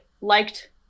liked